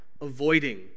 avoiding